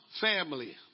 family